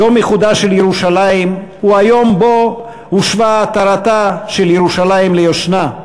יום איחודה של ירושלים הוא היום שבו הושבה עטרתה של ירושלים ליושנה,